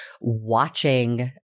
watching